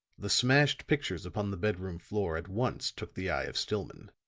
the smashed pictures upon the bedroom floor at once took the eye of stillman.